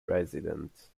residents